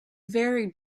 very